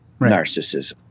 Narcissism